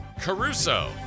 Caruso